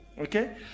Okay